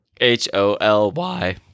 H-O-L-Y